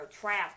travel